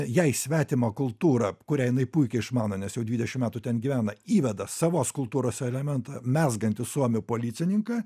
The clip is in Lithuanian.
jai svetimą kultūrą kurią jinai puikiai išmano nes jau dvidešim metų ten gyvena įveda savos kultūros elementą mezgantį suomių policininką